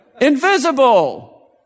Invisible